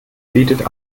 bietet